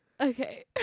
Okay